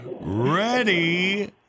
Ready